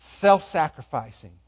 self-sacrificing